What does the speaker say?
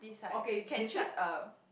okay decide